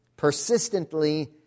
persistently